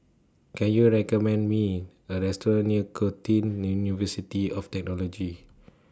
Can YOU recommend Me A Restaurant near Curtin University of Technology